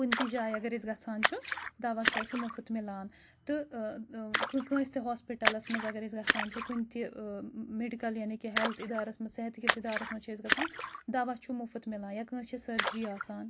کُنِہ تِہ جایہِ اَگر أسۍ گَژھان چھُ دَوا چھُ اَسِہ مُفت مِلان تہٕ کٲنٛسہِ تہِ ہاسپِٹَلَس منٛز اَگر أسۍ گَژھان چھِ کُنہِ تہِ میٚڈِکَل یعنی کہِ ہؠلٕتھ اِدھارَس منٛز صحتکِس اِدھارَس منٛز چھِ أسۍ گَژھان دَوا چھُ مُفت مِلان یا کٲنٛسہِ چھِ سٔرجِری آسان